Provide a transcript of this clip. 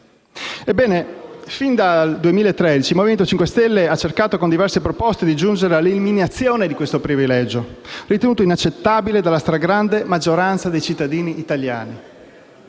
Ebbene, fin dal 2013, il Movimento 5 Stelle ha cercato con diverse proposte di giungere all'eliminazione di questo privilegio del tutto inaccettabile dalla stragrande maggioranza dei cittadini italiani.